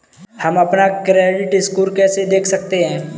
हम अपना credit score कैसे देख सकते हैं?